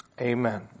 Amen